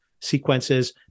sequences